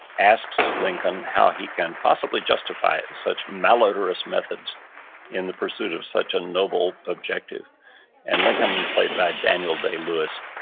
asks lincoln how he can possibly justify in such malodorous methods in the pursuit of such a noble objective and lincoln, played by daniel day lewis,